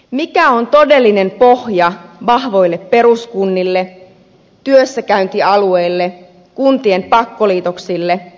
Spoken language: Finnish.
mikä on todellinen pohja vahvoille peruskunnille työssäkäyntialueille kuntien pakkoliitoksille